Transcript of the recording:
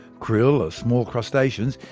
krill are small crustaceans,